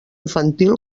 infantil